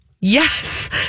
yes